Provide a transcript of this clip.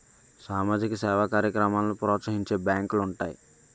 సామాజిక సేవా కార్యక్రమాలను ప్రోత్సహించే బ్యాంకులు ఉంటాయి